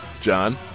John